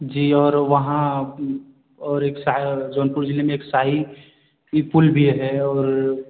जी और वहाँ और एक शाय जौनपुर ज़िले में एक शाही की पुल भी है और